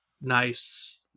Nice